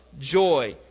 joy